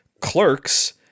Clerks